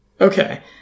Okay